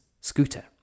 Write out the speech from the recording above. scooter